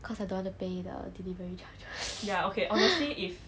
cause I don't want to pay the delivery charges